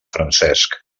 francesc